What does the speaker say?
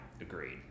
Agreed